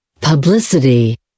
publicity